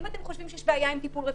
אם אתם חושבים שיש בעיה עם טיפול רפואי,